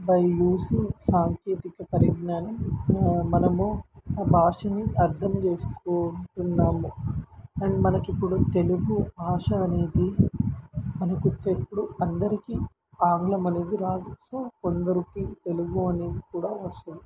by using సాంకేతిక పరిజ్ఞానం మనము ఆ భాషని అర్థం చేసుకుంటున్నాము అండ్ మనకి ఇప్పుడు తెలుగు భాష అనేది మనకొచ్చినప్పుడు అందరికీ ఆంగ్లం అనేది రాదు సో కొందరికి తెలుగు అనేది కూడా వస్తుంది